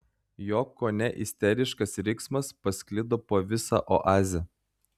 jo kone isteriškas riksmas pasklido po visą oazę